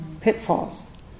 pitfalls